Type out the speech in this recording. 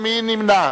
מי נמנע?